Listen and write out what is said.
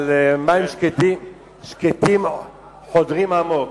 אבל מים שקטים חודרים עמוק.